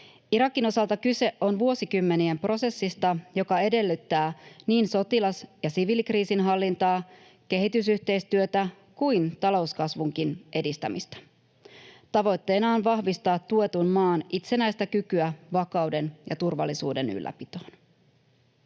Irakin osalta kyse on vuosikymmenien prosessista, joka edellyttää niin sotilas‑ ja siviilikriisihallintaa, kehitysyhteistyötä kuin talouskasvunkin edistämistä. Tavoitteena on vahvistaa tuetun maan itsenäistä kykyä vakauden ja turvallisuuden ylläpitoon.